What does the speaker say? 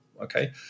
okay